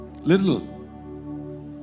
little